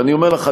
ואני אומר לך,